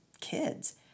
kids